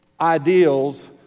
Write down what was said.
ideals